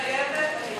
מתחייבת אני